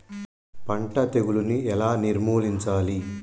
పంట తెగులుని ఎలా నిర్మూలించాలి?